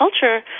culture